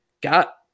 got